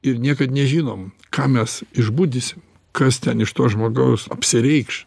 ir niekad nežinom ką mes išbudysim kas ten iš to žmogaus apsireikš